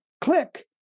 click